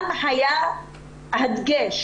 היה דגש